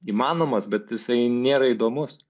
įmanomas bet jisai nėra įdomus